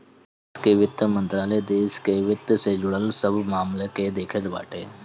भारत कअ वित्त मंत्रालय देस कअ वित्त से जुड़ल सब मामल के देखत बाटे